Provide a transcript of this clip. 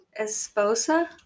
esposa